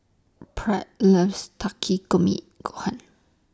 Pratt loves Takikomi Gohan